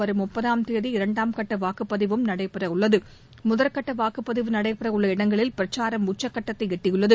வரும் முப்பதாம் தேதி இரண்டாம் கட்ட வாக்குப்பதிவும் நடைபெற உள்ளது முதல்கட்ட வாக்குப்பதிவு நடைபெற உள்ள இடங்களில் பிரச்சாரம் உச்சகட்டத்தை எட்டியுள்ளது